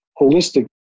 holistic